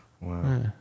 Wow